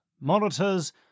monitors